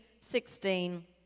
16